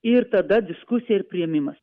ir tada diskusija ir priėmimas